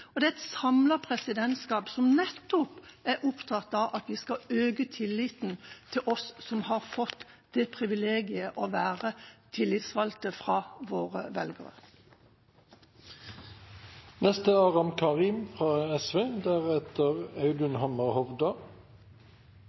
og det er et samlet presidentskap som nettopp er opptatt av at vi skal øke tilliten til oss som har fått det privilegiet å være tillitsvalgte fra våre velgere.